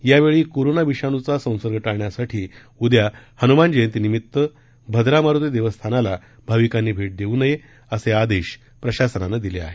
यावेळी कोरोना विषाणूंचा संसर्ग टाळण्यासाठी उद्या हन्मान जयंतीनिमित भद्रा मारुती देवस्थानाला भाविकांनी भेट देऊ नये असे आदेश प्रशासनानं दिले आहेत